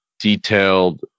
detailed